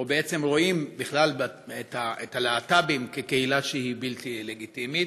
או בעצם רואים את הלהט"בים כקהילה שהיא בלתי לגיטימית.